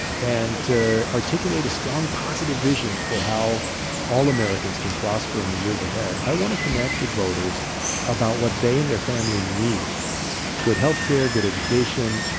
and to articulate a strong, positive vision for how all americans can prosper in the years ahead. i want to connect with voters about what they and their family need good health care, good education,